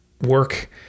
work